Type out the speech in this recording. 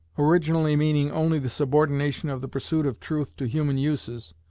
originally meaning only the subordination of the pursuit of truth to human uses,